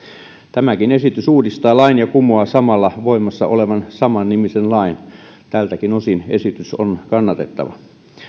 tämäkin esitys uudistaa lain ja kumoaa samalla voimassa olevan samannimisen lain tältäkin osin esitys on kannatettava